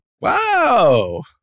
Wow